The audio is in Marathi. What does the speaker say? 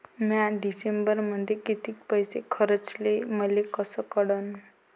म्या डिसेंबरमध्ये कितीक पैसे खर्चले मले कस कळन?